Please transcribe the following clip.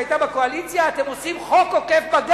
והיא היתה בקואליציה: אתם עושים חוק עוקף-בג"ץ,